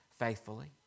faithfully